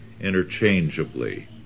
interchangeably